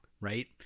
right